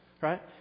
Right